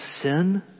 sin